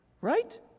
right